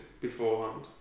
beforehand